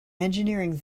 engineering